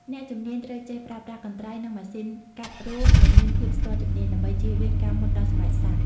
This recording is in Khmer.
អ្នកជំនាញត្រូវចេះប្រើប្រាស់កន្ត្រៃ និងម៉ាស៊ីនកាត់រោមឱ្យមានភាពស្ទាត់ជំនាញ ដើម្បីចៀសវាងការមុតដល់ស្បែកសត្វ។